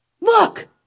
Look